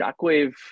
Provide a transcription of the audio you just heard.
Shockwave